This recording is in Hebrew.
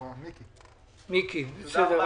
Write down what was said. בסדר.